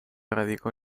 radicó